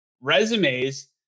resumes